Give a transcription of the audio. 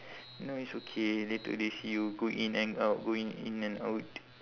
no it's okay later they see you go in and out going in and out